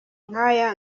nk’aya